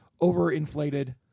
over-inflated